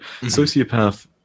Sociopath